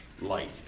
light